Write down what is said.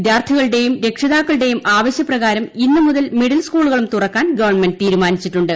വിദ്യാർത്ഥികളുടെയും രക്ഷിതാക്കളുടെയും ആവശ്യപ്രകാരം ഇന്ന് മുതൽ മിഡിൽ സ്കൂളുകളും തുറക്കാൻ ഗവൺമെന്റ് തീരുമാനിച്ചിട്ടുണ്ട്